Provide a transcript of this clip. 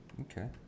Okay